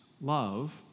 love